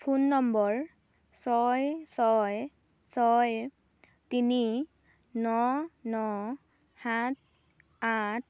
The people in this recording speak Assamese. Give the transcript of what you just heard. ফোন নম্বৰ ছয় ছয় ছয় তিনি ন ন সাত আঠ